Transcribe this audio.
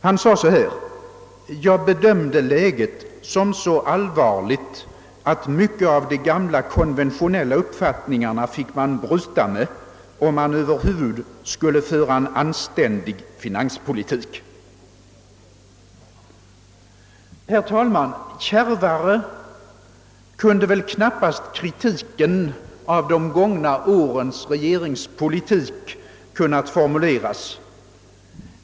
Han sade: »Jag bedömde läget som så allvarligt att man fick bryta med mycket av de gamla konventionella uppfattningarna, om man över huvud skulle föra en anständig finanspolitik.» Herr talman! Kärvare kunde väl knappast kritiken av de gångna årens regeringspolitik kunnat formuleras.